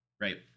Right